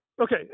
okay